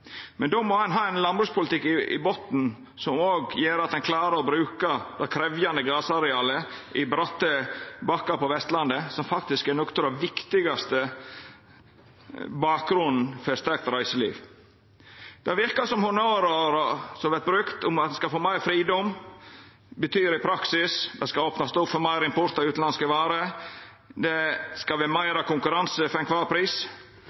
Men då må ein ha ein landbrukspolitikk i botnen som òg gjer at ein klarer å bruka det krevjande grasarealet i bratte bakkar på Vestlandet, som faktisk er noko av den viktigaste bakgrunnen for eit sterkt reiseliv. Det verkar som om honnørorda som vert brukte, om at ein skal få meir fridom, i praksis betyr at det skal opnast opp for meir import av utanlandske varer. Det skal